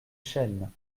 chênes